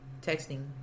texting